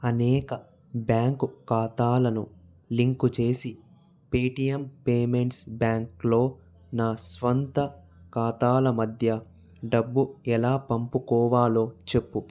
అనేక బ్యాంకు ఖాతాలను లింకు చేసి పేటిఎమ్ పేమెంట్స్ బ్యాంక్లో నా స్వంత ఖాతాల మధ్య డబ్బు ఎలా పంపుకోవాలో చెప్పు